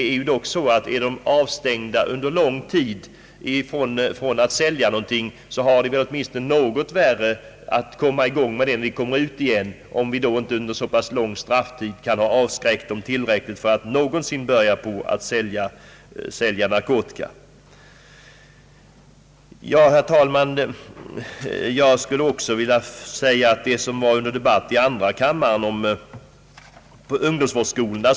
Är de under lång tid avstängda från att sälja har de åtminstone något svårare att komma i gång med sin försäljning när de kommer ut — om de inte under en ganska lång strafftid har blivit avskräckta från att någonsin börja sälja narkotika igen. Herr talman! Jag skulle också vilja ta upp en fråga som debatterades i andra kammaren och som gäller ungdomsvårdsskolorna.